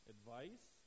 Advice